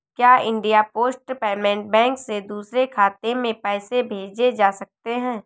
क्या India post payment bank से दूसरे खाते में पैसे भेजे जा सकते हैं?